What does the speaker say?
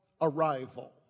arrival